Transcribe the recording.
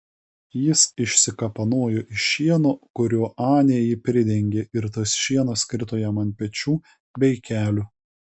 jis išsikapanojo iš šieno kuriuo anė jį pridengė ir tas šienas krito jam ant pečių bei kelių